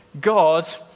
God